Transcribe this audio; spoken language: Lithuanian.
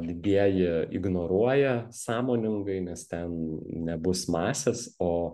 didieji ignoruoja sąmoningai nes ten nebus masės o